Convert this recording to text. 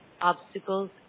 obstacles